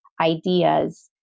ideas